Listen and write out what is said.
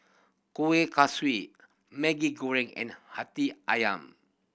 Kueh Kaswi Maggi Goreng and Hati Ayam